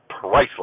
priceless